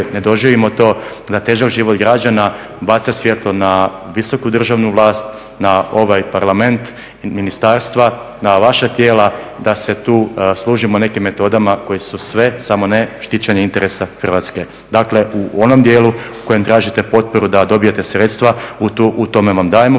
ne doživimo to da težak život građana baca svijetlo na visoku državnu vlast, na ovaj parlament, ministarstva, na vaša tijela, da se tu služimo nekim metodama koje su sve samo ne štićenje interesa Hrvatske. Dakle, u onom dijelu u kojem tražite potporu da dobijete sredstva, u tome vam dajemo